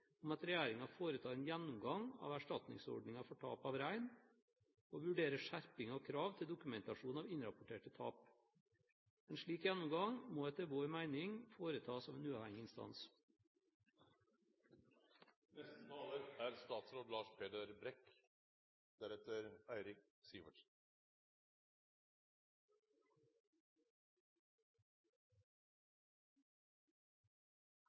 om at regjeringen foretar en gjennomgang av erstatningsordningen for tap av rein og vurderer skjerping av krav til dokumentasjon av innrapporterte tap. En slik gjennomgang må etter vår mening foretas av en uavhengig instans. Den 23. februar kom staten og Norske Reindriftssamers Landsforbund fram til en reindriftsavtale for 2012/2013. Etter fjorårets brudd er